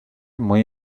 muy